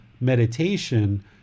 meditation—